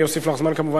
אני אוסיף לך זמן כמובן,